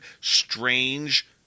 strange